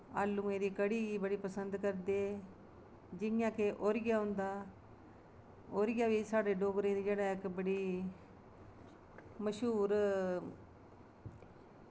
आलूएं दी कढ़ी बड़ी पसंद करदे जि'यां कि ओरिया होंदा ओरिया बी साढ़े डोगरें दी जेह्ड़ा इक बड़ी मश्हूर